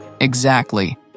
Exactly